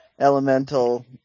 Elemental